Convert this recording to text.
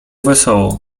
wesoło